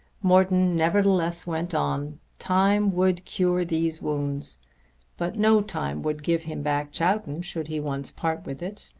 morton nevertheless went on. time would cure these wounds but no time would give him back chowton should he once part with it.